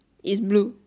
is blue